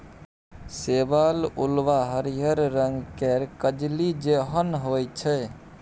शैवाल उल्वा हरिहर रंग केर कजली जेहन होइ छै